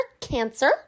cancer